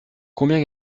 combien